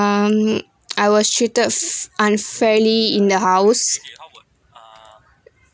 um I was treated unfairly in the house